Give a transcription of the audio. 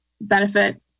benefit